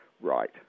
right